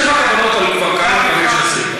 יש לך קבלות על כמה דברים שעשית.